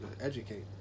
educate